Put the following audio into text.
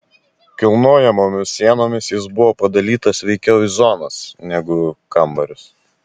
kilnojamomis sienomis jis buvo padalytas veikiau į zonas negu kambarius